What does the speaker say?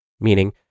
meaning